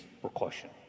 precaution